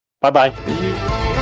Bye-bye